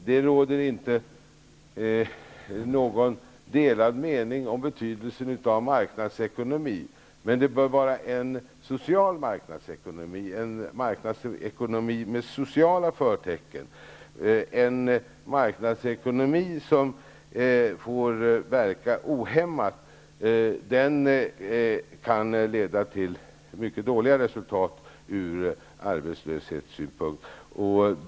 Det råder inga delade meningar om betydelsen av en marknadsekonomi. Men det bör vara en social marknadsekonomi, en marknadsekonomi med sociala förtecken. En marknadsekonomi som får verka ohämmat kan leda till mycket dåliga resultat ur arbetslöshetssynpunkt.